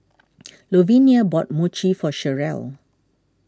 Louvenia bought Mochi for Cherelle